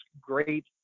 great